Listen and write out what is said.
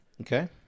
Okay